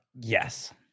yes